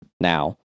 Now